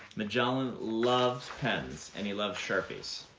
magellan loves pens, and he loves sharpies.